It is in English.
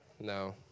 No